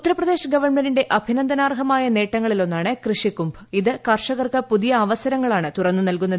ഉത്തർപ്രദേശ് ഗവൺമെന്റിന്റെ അഭിനന്ദനാർഹമായ നേട്ടങ്ങളിൽ ഒന്നാണ് കൃഷികുംഭ് ഇത് കർഷകർക്ക് പുതിയ അവസരങ്ങളാണ് തുറന്നു നൽകുന്നത്